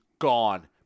gone